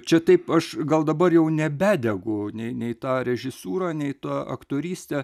čia taip aš gal dabar jau nebedegu nei nei ta režisūra nei ta aktoryste